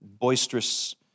boisterous